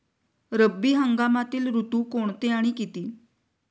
रब्बी हंगामातील ऋतू कोणते आणि किती?